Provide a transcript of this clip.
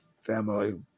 family